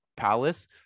Palace